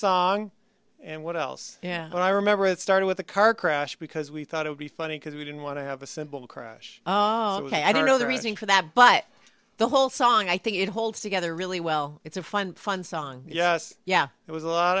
song and what else yeah i remember it started with a car crash because we thought it would be funny because we didn't want to have a simple crush ok i don't know the reason for that but the whole song i think it holds together really well it's a fun fun song yes yeah it was a lot